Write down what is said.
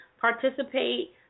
participate